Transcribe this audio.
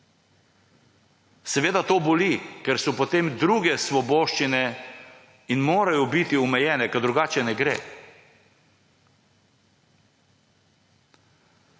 Seveda to boli, ker potem so druge svoboščine, in morajo biti, omejene, ker drugače ne gre.